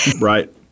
Right